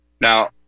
Now